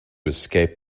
escape